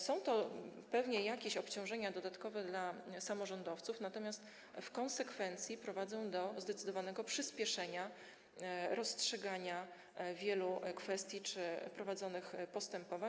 Są to pewnie dodatkowe obciążenia dla samorządowców, natomiast w konsekwencji prowadzą one do zdecydowanego przyspieszenia rozstrzygania wielu kwestii czy prowadzonych postępowań.